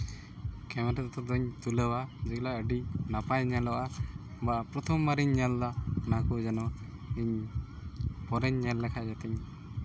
camera ᱛᱮᱫᱚᱧ ᱛᱩᱞᱟᱹᱣᱟ ᱡᱮᱜᱩᱞᱟ ᱟᱹᱰᱤ ᱱᱟᱯᱟᱭ ᱧᱮᱞᱚᱜᱼᱟ ᱵᱟ ᱯᱨᱚᱛᱷᱚᱢ ᱵᱟᱨᱤᱧ ᱧᱮᱞᱫᱟ ᱚᱱᱟᱠᱚ ᱡᱮᱱᱚ ᱤᱧ ᱯᱚᱨᱮᱧ ᱧᱮᱞ ᱞᱮᱠᱷᱟᱡ ᱡᱟᱛᱮᱧ